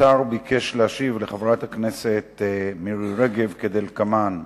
השר ביקש להשיב לחברת הכנסת מירי רגב כדלקמן: